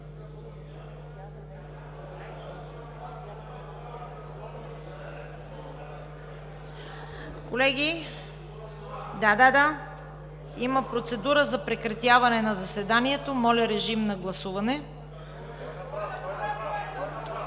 Колеги, има процедура за прекратяване на заседанието. Моля, режим на гласуване.